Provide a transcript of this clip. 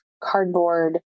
cardboard